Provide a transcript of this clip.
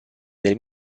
del